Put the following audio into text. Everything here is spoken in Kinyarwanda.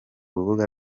rubuga